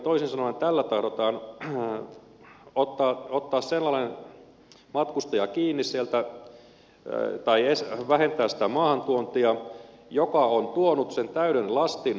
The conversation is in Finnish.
toisin sanoen tällä tahdotaan ottaa sellainen matkustaja kiinni sieltä tai vähentää sitä maahantuontia joka on tuonut sen täyden lastin bussissa